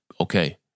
Okay